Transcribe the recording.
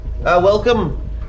Welcome